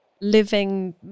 living